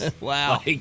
Wow